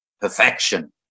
perfection